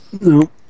no